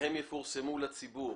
והם יפורסמו לציבור.